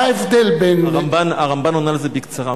מה ההבדל בין, הרמב"ן עונה על זה בקצרה.